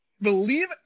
Believe